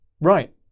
Right